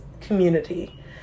community